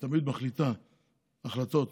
היא תמיד מחליטה החלטות